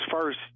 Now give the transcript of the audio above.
first